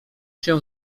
się